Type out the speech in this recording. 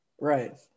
Right